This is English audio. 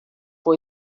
for